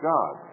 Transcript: God